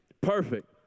Perfect